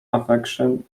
affection